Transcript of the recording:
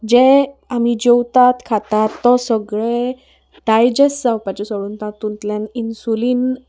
जे आमी जेवतात खातात तो सगळें डायजेस्ट जावपाचें सोडून तातूंतल्यान इन्सुलीन